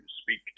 speak